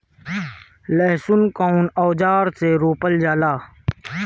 लहसुन कउन औजार से रोपल जाला?